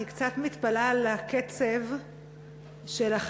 אני קצת מתפלאה על קצב החקירה,